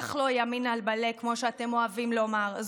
בטח לא ימין על מלא כמו שאתם אוהבים לומר.